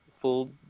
full